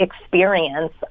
experience